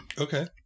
Okay